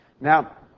Now